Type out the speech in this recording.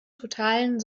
totalen